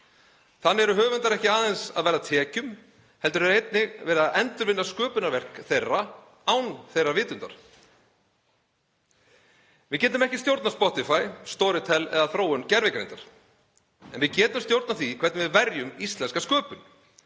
Þannig eru höfundar ekki aðeins að verða af tekjum heldur er einnig verið að endurvinna sköpunarverk þeirra án þeirra vitundar. Við getum ekki stjórnað Spotify, Storytel eða þróun gervigreindar en við getum stjórnað því hvernig við verjum íslenska sköpun.